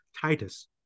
Titus